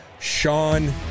Sean